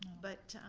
but